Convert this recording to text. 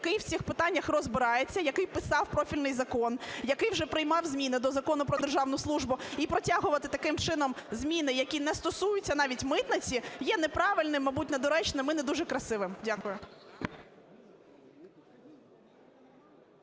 який в цих питаннях розбирається, який писав профільний закон, який вже приймав зміни до Закону "Про державну службу". І протягувати таким чином зміни, які не стосуються навіть митниці, є не правильними, мабуть недоречним і не дуже красивим. Дякую.